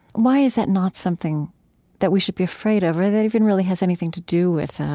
why is that not something that we should be afraid of or that even really has anything to do with